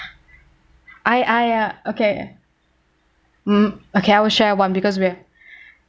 I I uh okay um okay I will share one because we're